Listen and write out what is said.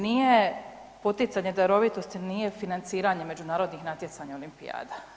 Nije poticanje darovitosti nije financiranje međunarodnih natjecanja, olimpijada.